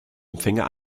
empfänger